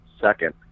second